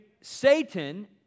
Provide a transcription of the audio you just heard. Satan